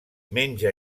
menja